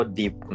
deep